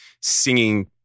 singing